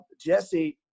Jesse